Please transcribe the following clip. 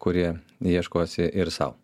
kurie ieškosi ir sau